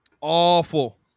Awful